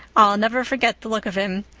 i'll never forget the look of him.